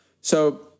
So-